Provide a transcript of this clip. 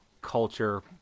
culture